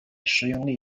食用